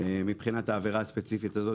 מבחינת העבירה הספציפית הזאת,